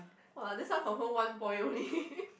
[wah] this one confirm one point only